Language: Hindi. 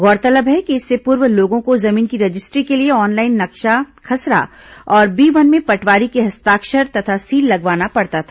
गौरतलब है कि इससे पूर्व लोगों को जमीन की रजिस्ट्री के लिए ऑनलाइन नक्शा खसरा और बी वन में पटवारी के हस्ताक्षर तथा सील लगवाना पड़ता था